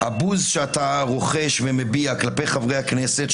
הבוז שאתה רוחש ומביע כלפי חברי הכנסת,